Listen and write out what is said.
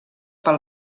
pel